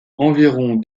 environ